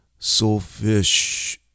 soulfish